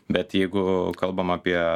bet jeigu kalbam apie